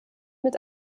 mit